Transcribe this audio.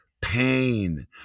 pain